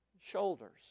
shoulders